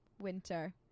winter